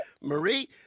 Marie